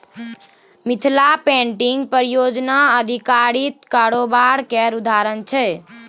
Mithila painting परियोजना आधारित कारोबार केर उदाहरण छै